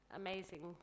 amazing